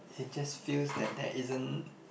it just feels that there isn't